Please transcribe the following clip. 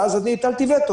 ואז אני הטלתי וטו,